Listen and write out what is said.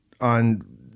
on